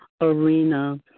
arena